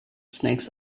snakes